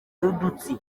y’udutsi